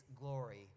glory